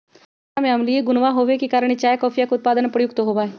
एकरा में अम्लीय गुणवा होवे के कारण ई चाय कॉफीया के उत्पादन में प्रयुक्त होवा हई